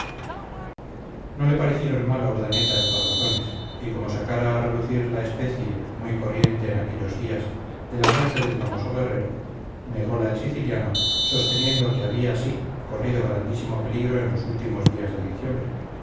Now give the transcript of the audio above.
no le parecieron mal a urdaneta estas razones y como sacara a relucir la especie muy corriente en aquellos días de la muerte del famoso guerrero negola el siciliano sosteniendo que había sí corrido grandísimo peligro en los últimos días de diciembre